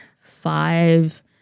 five